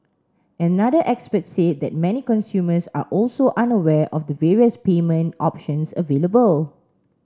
another expert said that many consumers are also unaware of the various payment options available